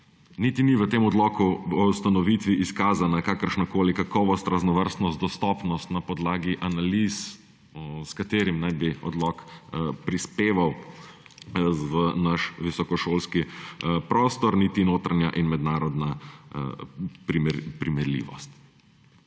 Niti ni v tem odloku o ustanovitvi izkazana kakršnakoli kakovost, raznovrstnost, dostopnost na podlagi analiz, s katerimi naj bi odlok prispeval v naš visokošolski prostor, niti notranja in mednarodna primerljivost.